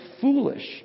foolish